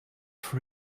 for